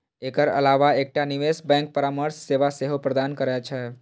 एकर अलावा एकटा निवेश बैंक परामर्श सेवा सेहो प्रदान करै छै